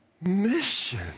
mission